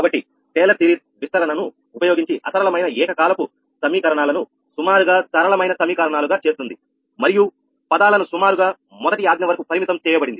కాబట్టి Taylor series విస్తరణ ను ఉపయోగించి నాన్ లినియర్ ఏకకాలపు సమీకరణాలను సుమారుగా సరళమైన సమీకరణాలు గా చేస్తుంది మరియు పదాలను సుమారుగా మొదటి ఆజ్ఞ వరకు పరిమితం చేయబడింది